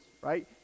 right